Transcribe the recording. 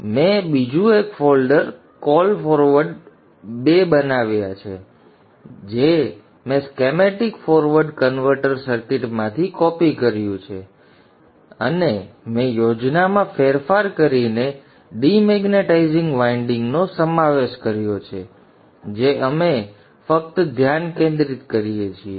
તેથી મેં બીજું એક ફોલ્ડર કોલ ફોરવર્ડ બે બનાવ્યું છે જે મેં શ્કેમેટિક ફોરવર્ડ કન્વર્ટર સર્કિટમાંથી કોપી કર્યું છે અને મેં યોજનામાં ફેરફાર કરીને ડિમેગ્નેટાઇઝિંગ વાઇન્ડિંગનો સમાવેશ કર્યો છે જે અમે ફક્ત ધ્યાન કેન્દ્રિત કરીએ છીએ